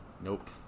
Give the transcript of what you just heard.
Nope